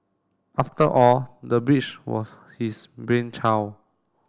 after all the bridge was his brainchild